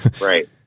Right